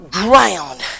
ground